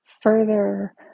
further